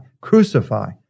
Crucify